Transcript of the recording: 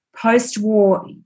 post-war